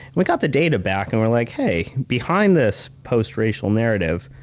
we got the data back, and we're like, hey, behind this post-racial narrative,